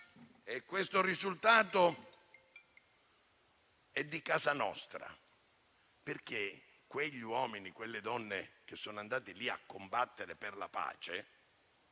grande risultato, che è di casa nostra, perché quegli uomini e quelle donne che sono andati lì a combattere per la pace